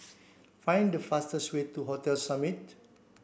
find the fastest way to Hotel Summit